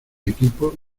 equipo